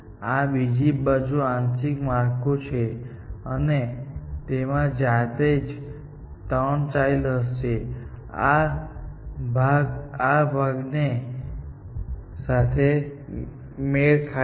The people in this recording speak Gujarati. આ બીજું આંશિક માળખું છે અને તેમાં જાતે જ 3 ચાઈલ્ડ હશે જે આ ભાગ આ ભાગ અને આ ભાગ સાથે મેળ ખાય છે